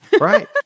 right